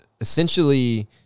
essentially